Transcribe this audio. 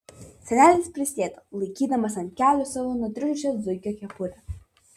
senelis prisėdo laikydamas ant kelių savo nutriušusią zuikio kepurę